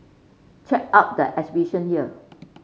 check out the exhibition here